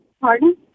Pardon